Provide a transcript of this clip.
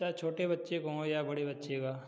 चाहे छोटे बच्चे के हों या बड़े बच्चे का